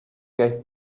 gave